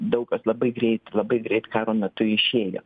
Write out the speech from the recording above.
daug kas labai greit labai greit karo metu išėjo